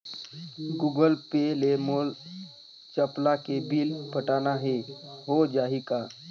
Google Pay ले मोल चपला के बिल पटाना हे, हो जाही का?